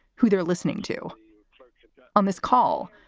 who they're listening to on this call.